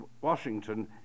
Washington